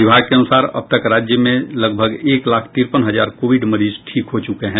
विभाग के अनुसार अब तक राज्य में लगभग एक लाख तिरपन हजार कोविड मरीज ठीक हो चुके हैं